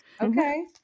Okay